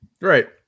Right